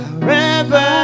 Forever